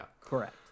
correct